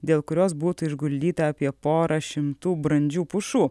dėl kurios būtų išguldyta apie pora šimtų brandžių pušų